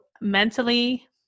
mentally